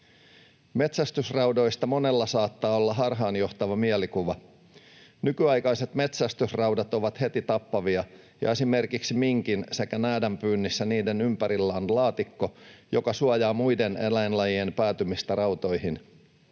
Mesästysraudoista monella saattaa olla harhaanjohtava mielikuva. Nykyaikaiset metsästysraudat ovat heti tappavia, ja esimerkiksi minkin sekä näädän pyynnissä niiden ympärillä on laatikko, joka suojaa muiden eläinlajien päätymistä rautoihin.